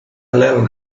little